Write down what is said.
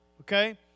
okay